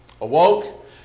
awoke